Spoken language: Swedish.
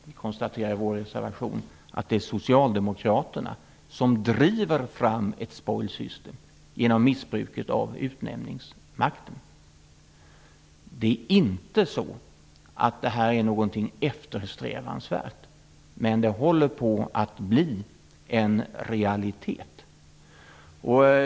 Vi konstaterar i vår reservation att det är Socialdemokraterna som driver fram ett spoil system genom missbruket av utnämningsmakten. Detta är inte något eftersträvansvärt, men det håller på att bli en realitet.